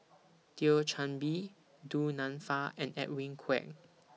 Thio Chan Bee Du Nanfa and Edwin Koek